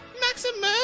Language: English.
Maximum